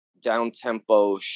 down-tempo